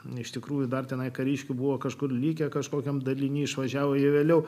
ne iš tikrųjų dar tenai kariškių buvo kažkur likę kažkokiam daliny išvažiavo jie vėliau